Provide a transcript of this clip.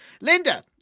Linda